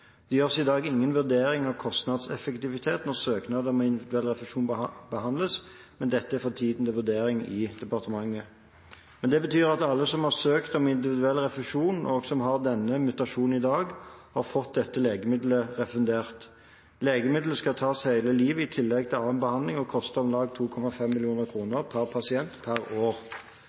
Det gjøres i dag ingen vurdering av kostnadseffektivitet når søknader om individuell refusjon behandles, men dette er for tiden til vurdering i departementet. Det betyr at alle som har søkt om individuell refusjon, og som har denne mutasjonen i dag, har fått dette legemidlet refundert. Legemidlet skal tas hele livet i tillegg til annen behandling, og koster om lag 2,5 mill. kr per pasient per år.